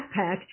backpack